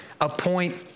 appoint